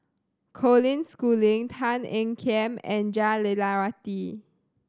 Colin Schooling Tan Ean Kiam and Jah Lelawati